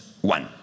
one